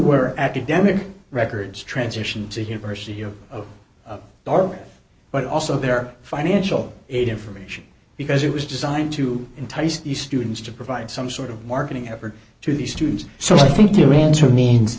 were academic records transition to university here are but also their financial aid information because it was designed to entice the students to provide some sort of marketing effort to the students so i think your answer means